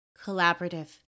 collaborative